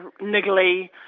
niggly